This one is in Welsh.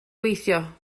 gweithio